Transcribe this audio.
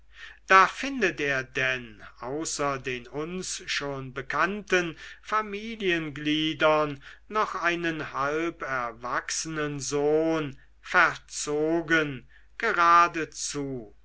da findet er denn außer den uns schon bekannten familiengliedern noch einen halberwachsenen sohn verzogen geradezu